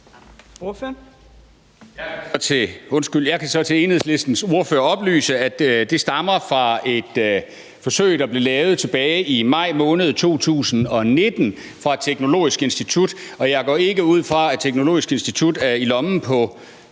Jeg kan så til Enhedslistens ordfører oplyse, at det stammer fra et forsøg, der blev lavet tilbage i maj 2019 af Teknologisk Institut, og jeg går ikke ud fra, at Teknologisk Institut er i lommen på